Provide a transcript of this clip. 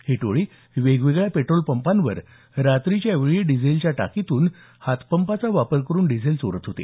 ही टोळी वेगवेगळ्या पेट्रोल पंपावर रात्रीच्या वेळी डिझेलच्या टाकीतून हातपंपाचा वापर करून डीझेल चोरत होती